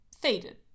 faded